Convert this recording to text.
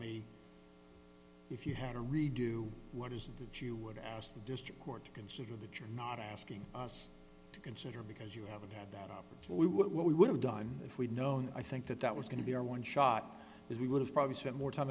me if you had a redo what is that you would ask the district court to consider that you're not asking us to consider because you haven't had that opportunity what we would have done if we'd known i think that that was going to be our one shot as we would have probably spent more time